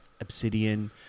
obsidian